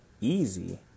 Easy